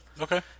Okay